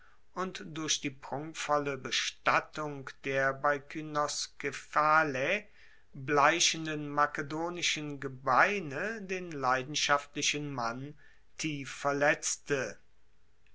und durch die prunkvolle bestattung der bei kynoskephalae bleichenden makedonischen gebeine den leidenschaftlichen mann tief verletzte